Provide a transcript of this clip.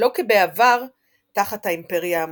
שלא כבעבר תחת האימפריה המונגולית.